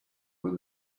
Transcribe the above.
when